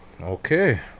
Okay